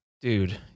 Dude